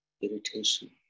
irritation